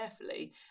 carefully